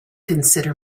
consider